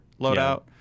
loadout